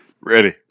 Ready